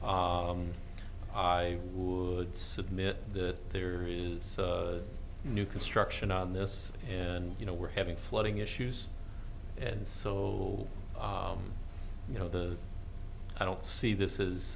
i would submit that there is new construction on this and you know we're having flooding issues and so you know the i don't see this is